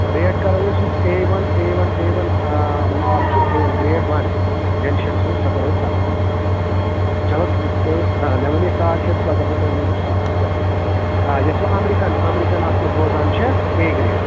rate کَرو أسۍ یُس A one A one A one مال چھُ اے گرٛیڈ وَن ڈٮ۪لشَس ژوٗنٛٹھ سَہ کَرو أسۍ سَتھ ہَتھ رۄپیہِ چلو تُہۍ مےٚ ؤنے ساڈ شےٚ ہتھ تہٕ وَ کَرٕ بہٕ تہنٛد موٗجوٗب سَتھ ہَتھ تہٕ آ یۄس ہُہ اَمرِیٖکَن اَمرِیٖکَن اَتھ منٛز روزان چھِ اے گرٛیڈ